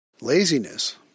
Laziness